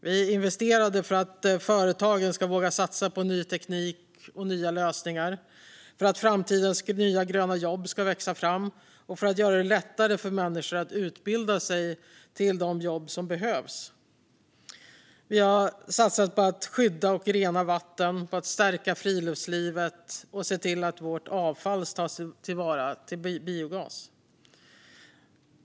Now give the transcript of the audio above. Man investerade för att företagen ska våga satsa på ny teknik och nya lösningar, för att framtidens nya gröna jobb ska växa fram och för att göra det lättare för människor att utbilda sig till de yrken som behövs. Man satsade på att skydda och rena vatten, stärka friluftslivet och se till att vårt avfall tas till vara som biogas.